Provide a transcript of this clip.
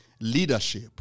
leadership